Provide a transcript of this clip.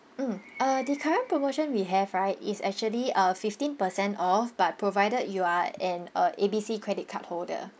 mm uh the current promotion we have right is actually a fifteen percent off but provided you are an uh A B C credit card holder